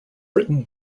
written